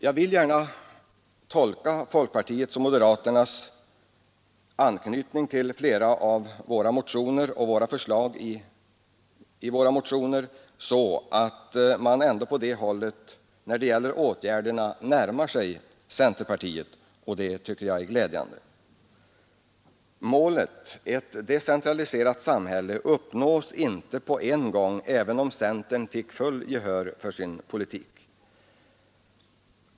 Jag vill gärna tolka folkpartiets och moderaternas anknytning till flera av förslagen i våra motioner så, att man ändå på det hållet när det gäller åtgärderna närmar sig centerpartiet. Detta tycker jag är glädjande. Målet, ett decentraliserat samhälle, uppnås inte på en gång även om centern skulle få fullt gehör för sin politik.